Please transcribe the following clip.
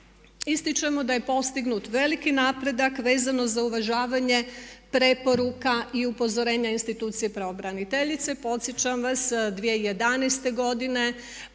Ističemo da je postignut veliki napredak vezano za uvažavanje preporuka i upozorenja institucije pravobraniteljice. Podsjećam vam 2011.